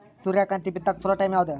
ಸೂರ್ಯಕಾಂತಿ ಬಿತ್ತಕ ಚೋಲೊ ಟೈಂ ಯಾವುದು?